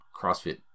CrossFit